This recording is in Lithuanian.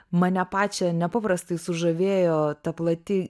mane pačią nepaprastai sužavėjo ta plati